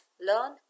learn